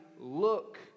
look